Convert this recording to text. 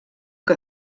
que